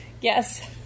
Yes